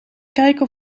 kijken